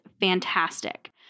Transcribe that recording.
fantastic